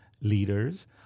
leaders